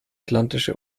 atlantische